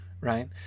right